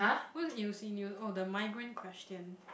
what is e_u_c new oh the migrant question